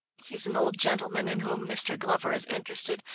he's an old gentleman in whom mr. glover is interested,